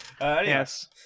Yes